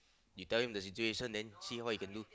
you tell him the situation then see what he can do